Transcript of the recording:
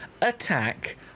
attack